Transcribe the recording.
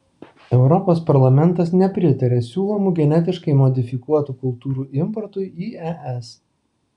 europos parlamentas nepritaria siūlomų genetiškai modifikuotų kultūrų importui į es